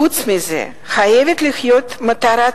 חוץ מזה, חייבת להיות מטרת-על,